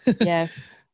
yes